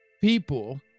people